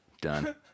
Done